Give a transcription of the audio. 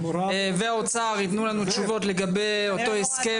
והאוצר יתנו לנו תשובות לגבי אותו הסכם